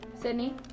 Sydney